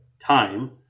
time